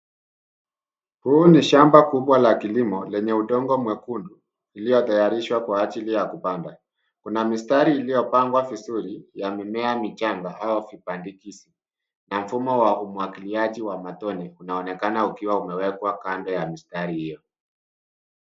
Huu ni shamba kubwa la kilimo lenye udongo mwekundu iliyotayarishwa kwa ajili ya kupanda. Kuna mistari iliyopangwa vizuri ya mimea michanga au vipandikizi na mfumo wa umwagiliaji wa matone unaonekana ukiwa umewekwa kando ya mistari hio.